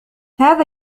هذا